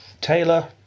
Taylor